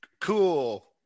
Cool